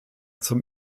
zum